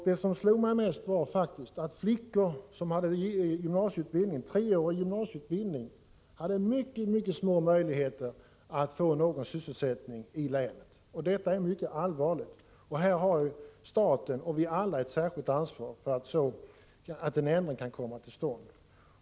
Det som slog mig mest var att flickor med treårig gymnasieutbildning hade ytterst små möjligheter att få någon sysselsättning i länet. Detta är mycket allvarligt. Staten och vi alla har ett ansvar för att en ändring kan komma till stånd.